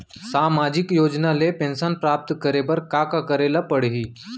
सामाजिक योजना ले पेंशन प्राप्त करे बर का का करे ल पड़ही?